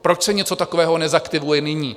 Proč se něco takového nezaktivuje nyní?